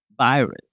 virus